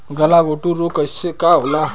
गलघोंटु रोग का होला?